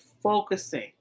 focusing